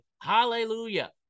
Hallelujah